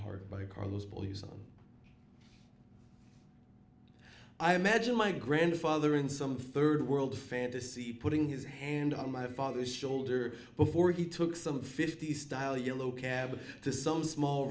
heart by carlos boozer i imagine my grandfather in some third world fantasy putting his hand on my father's shoulder before he took some fifty style yellow cab to some small